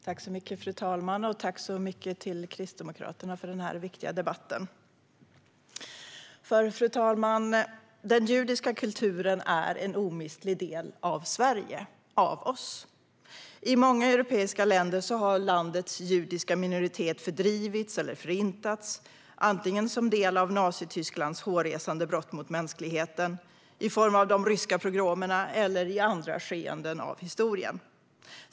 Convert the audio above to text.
Fru talman! Tack så mycket, Kristdemokraterna, för den här viktiga debatten! Fru talman! Den judiska kulturen är en omistlig del av Sverige, av oss. I många europeiska länder har landets judiska minoritet fördrivits eller förintats, antingen som del av Nazitysklands hårresande brott mot mänskligheten i form av de ryska pogromerna eller i andra skeenden i historien.